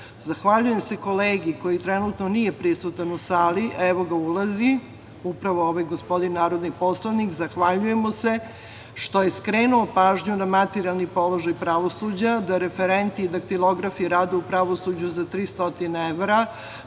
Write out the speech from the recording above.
odgušilo. Zahvaljujem se kolegi koji trenutno nije prisutan u sali, evo, ulazi, upravo ovaj gospodin narodni poslanik, zahvaljujem mu se što je skrenuo pažnju na materijalni položaj pravosuđa, da referenti i daktilografi rade u pravosuđu za 300 evra,